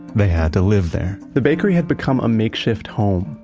they had to live there the bakery had become a make shift home.